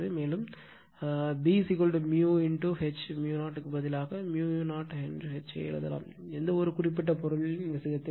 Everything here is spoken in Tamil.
மேலும் B H 0 க்கு பதிலாக H ஐ எழுதலாம் எந்தவொரு குறிப்பிட்ட பொருளிலும்விஷயத்திலும்